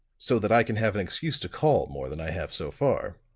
so that i can have an excuse to call more than i have so far!